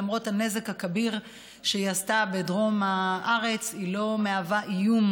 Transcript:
למרות הנזק הכביר שהיא עשתה בדרום הארץ היא לא מהווה איום